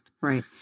Right